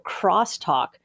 crosstalk